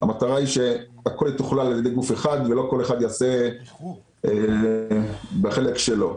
המטרה היא שהכול יתוכלל על ידי גוף אחד ולא כל אחד יעשה בחלק שלו.